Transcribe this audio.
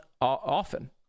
often